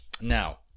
Now